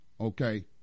Okay